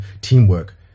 teamwork